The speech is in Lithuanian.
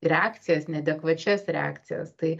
reakcijas neadekvačias reakcijas tai